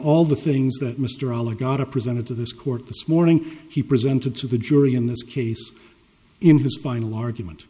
all the things that mr all i got a presented to this court this morning he presented to the jury in this case in his final argument